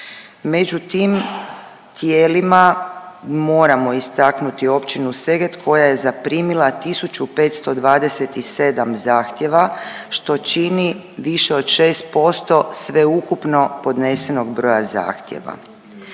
Među tim tijelima moramo istaknuti općinu Seget koja je zaprimila 1.527 zahtjeva što čini više od 6% sveukupno podnesenog broja zahtjeva.